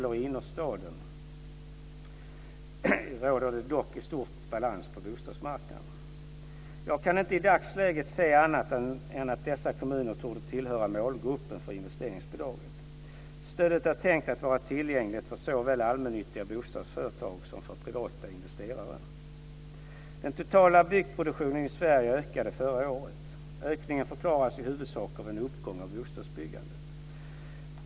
I innerstaden råder dock i stort sett balans på bostadsmarknaden. Jag kan inte i dagsläget se annat än att dessa kommuner torde tillhöra målgruppen för investeringsbidraget. Stödet är tänkt att vara tillgängligt för såväl allmännyttiga bostadsföretag som för privata investerare. Den totala byggproduktionen i Sverige ökade förra året. Ökningen förklaras i huvudsak av en uppgång i bostadsbyggandet.